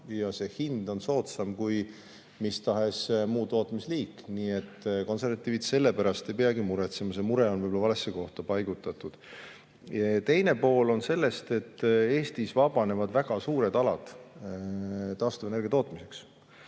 ja see hind on soodsam kui mis tahes muu tootmisliik. Nii et konservatiivid selle pärast ei peagi muretsema, see mure on valesse kohta paigutatud. Teine pool on sellest, et Eestis vabanevad väga suured alad taastuvenergia tootmiseks.